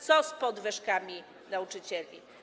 Co z podwyżkami dla nauczycieli?